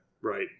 Right